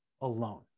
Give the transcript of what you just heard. alone